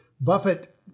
Buffett